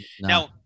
now